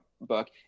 book